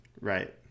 Right